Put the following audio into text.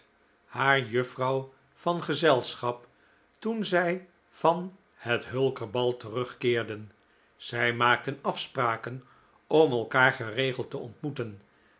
haar juffrouw van gezelschap toen zij van het hulker bal terugkeerden zij maakten afspraken om elkaar geregeld te ontmoeten